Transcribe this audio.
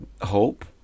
hope